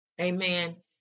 Amen